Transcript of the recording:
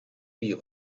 you